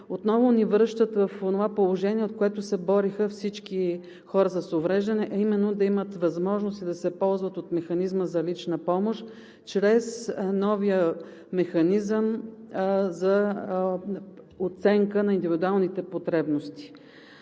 отново ни връщат в онова положение, от което се бориха всички хора с увреждане, а именно да имат възможности да се ползват от механизма за лична помощ чрез новия механизъм за оценка на индивидуалните потребности.